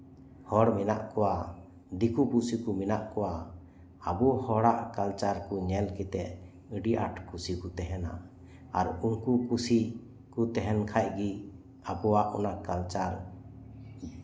ᱦᱚᱲ ᱢᱮᱱᱟᱜ ᱠᱚᱣᱟ ᱫᱤᱠᱩ ᱯᱩᱥᱤ ᱠᱚ ᱢᱮᱱᱟᱜ ᱠᱚᱣᱟ ᱟᱵᱚ ᱦᱚᱲᱟᱜ ᱠᱟᱞᱪᱟᱨ ᱠᱚ ᱧᱮᱞ ᱠᱟᱛᱮᱜ ᱟᱹᱰᱤ ᱟᱸᱴ ᱠᱩᱥᱤ ᱠᱚ ᱛᱟᱸᱦᱮᱱᱟ ᱟᱨ ᱩᱱᱠᱩ ᱠᱩᱥᱤ ᱠᱚ ᱛᱟᱸᱦᱮᱱ ᱠᱷᱟᱡᱜᱮ ᱟᱵᱚᱣᱟᱜ ᱠᱟᱞᱪᱟᱨ